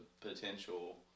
potential